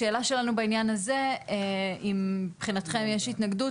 השאלה שלנו בעניין הזה אם מבחינתכם יש התנגדות